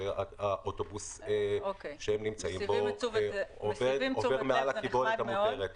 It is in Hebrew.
שהאוטובוס שהם נמצאים בו עובר מעל הקיבולת המותרת.